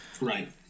Right